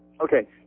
Okay